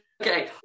Okay